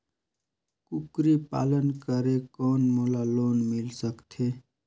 कूकरी पालन करे कौन मोला लोन मिल सकथे?